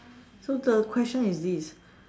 so the question is this